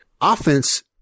offense